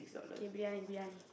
K briyani briyani